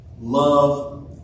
love